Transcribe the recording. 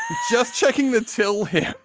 just checking the till here.